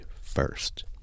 First